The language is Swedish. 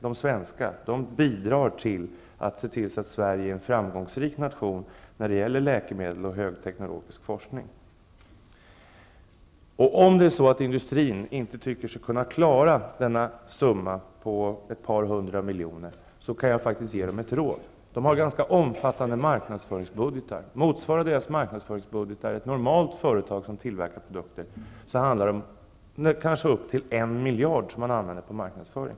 De svenska bidrar till att se till att Sverige är en framgångsrik nation när det gäller läkemedel och högteknologisk forskning. Om industrin anser att man inte kan klara denna summa på ett par hundra miljoner, kan jag ge ett råd. Industrin har ganska omfattande marknadsföringsbudgetar. Om deras marknadsföringsbudgetar motsvarar ett normalt företag som tillverkar produkter, kan det var fråga om upp till 1 miljard kronor som används för marknadsföring.